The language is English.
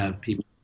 people